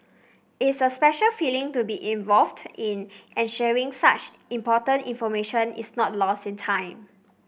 it's a special feeling to be involved in ensuring such important information is not lost in time